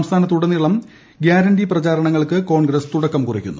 സംസ്ഥാനത്തുടനീളം ഗ്യാരണ്ടി പ്രചാരണങ്ങൾക്ക് കോൺഗ്രസ് തുടക്കം കുറിക്കുന്നു